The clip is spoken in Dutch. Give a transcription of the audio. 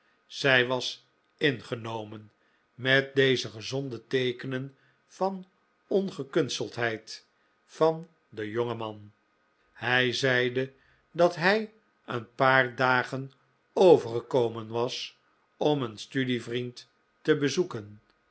zij was ingenomen met deze gezonde teekenen van ongekunsteldheid van den jongen man hij zeide dat hij een paar dagen overgekomen was om een studievriend te bezoeken